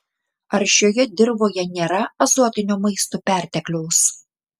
ar šioje dirvoje nėra azotinio maisto pertekliaus